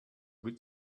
good